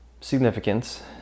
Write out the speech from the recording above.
significance